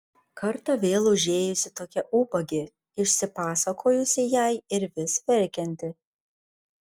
kartą vėl užėjusi tokia ubagė išsipasakojusi jai ir vis verkianti